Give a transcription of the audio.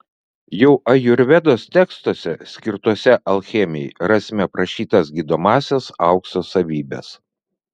jau ajurvedos tekstuose skirtuose alchemijai rasime aprašytas gydomąsias aukso savybes